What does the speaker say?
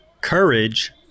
Courage